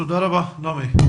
תודה רבה נעמי.